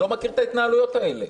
אני לא מכיר את ההתנהלויות האלה.